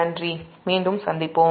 நன்றி மீண்டும் சந்திப்போம்